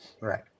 right